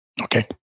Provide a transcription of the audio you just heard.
Okay